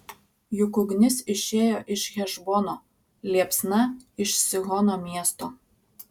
juk ugnis išėjo iš hešbono liepsna iš sihono miesto